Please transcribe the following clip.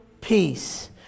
peace